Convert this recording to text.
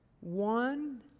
One